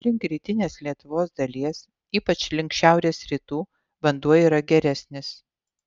link rytinės lietuvos dalies ypač link šiaurės rytų vanduo yra geresnis